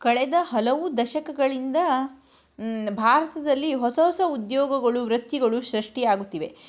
ಕಳೆದ ಹಲವು ದಶಕಗಳಿಂದ ಭಾರತದಲ್ಲಿ ಹೊಸ ಹೊಸ ಉದ್ಯೋಗಗಳು ವೃತ್ತಿಗಳು ಸೃಷ್ಟಿಯಾಗುತ್ತಿವೆ